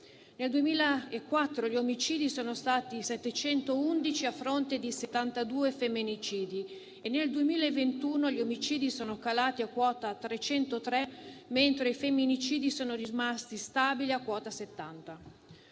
Nel 2004 gli omicidi sono stati 711 a fronte di 72 femminicidi; nel 2021 gli omicidi sono calati a quota 303, mentre i femminicidi sono rimasti stabili a quota 70.